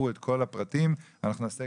אני רוצה